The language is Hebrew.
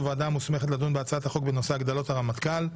ועדה מוסמכת לדון בהצעת החוק בנושא הגדלות הרמטכ"ל.